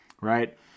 right